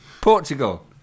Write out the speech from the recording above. Portugal